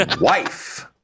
wife